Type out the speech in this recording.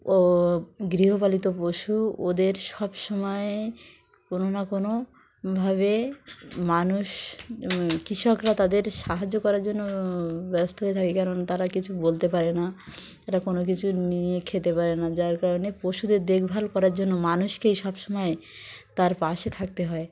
ও গৃহপালিত পশু ওদের সবসময় কোনো না কোনোভাবে মানুষ কৃষকরা তাদের সাহায্য করার জন্য ব্যস্ত হয়ে থাকে কারণ তারা কিছু বলতে পারে না তারা কোনো কিছু নিয়ে খেতে পারে না যার কারণে পশুদের দেখভাল করার জন্য মানুষকেই সবসময় তার পাশে থাকতে হয়